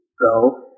go